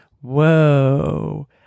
whoa